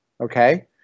okay